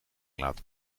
laten